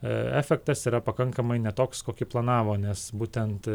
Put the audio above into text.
efektas yra pakankamai ne toks kokį planavo nes būtent